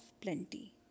plenty